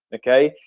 okay?